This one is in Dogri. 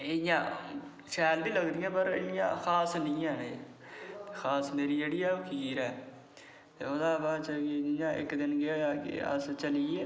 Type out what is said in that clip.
ते शैल बी लगदियां पर इन्नियां खास निं हैन एह् खास मेरी जेह्ड़ी ओह् खीर ऐ ते ओह्दे बाद इक्क दिन केह् होआ कि अस चली गे